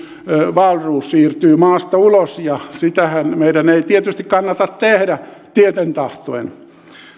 wahlroos siirtyy maasta ulos sitähän meidän ei tietysti kannata tehdä tieten tahtoen